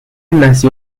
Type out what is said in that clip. nació